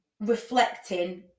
reflecting